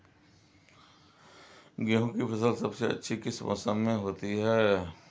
गेंहू की फसल सबसे अच्छी किस मौसम में होती है?